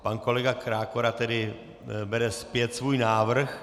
Pan kolega Krákora tedy bere zpět svůj návrh.